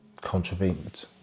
contravened